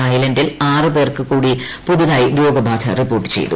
തായ്ലന്റിൽ ആറു പേർക്കു കൂടി പുതുതായി രോഗബാധ റിപ്പോർട്ട് ചെയ്തു